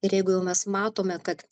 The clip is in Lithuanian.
ir jeigu jau mes matome kad